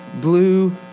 blue